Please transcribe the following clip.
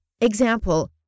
Example